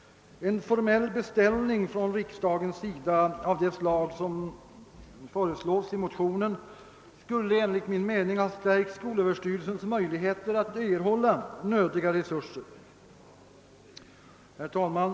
En formell beställning från riksdagens sida av det slag som föreslås i motionen skulle enligt min mening ha stärkt skolöverstyrelsens möjligheter att erhålla nödiga resurser. Herr talman!